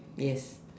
yes